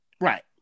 Right